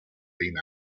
beam